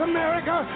America